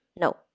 No